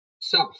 south